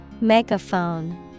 Megaphone